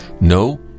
No